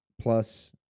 plus